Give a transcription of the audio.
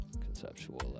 conceptual